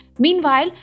Meanwhile